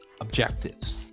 objectives